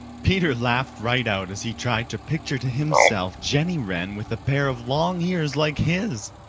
peter laughed right out as he tried to picture to himself jenny wren with a pair of long ears like his.